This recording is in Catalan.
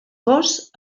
cos